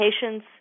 patients